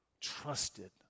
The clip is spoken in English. trusted